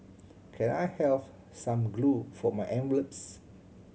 can I have some glue for my envelopes